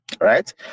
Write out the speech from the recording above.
right